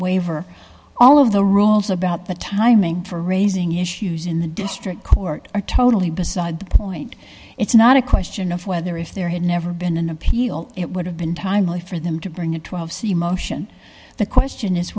waiver all of the rules about the timing for raising issues in the district court are totally beside the point it's not a question of whether if there had never been an appeal it would have been timely for them to bring a twelve c motion the question is